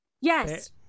yes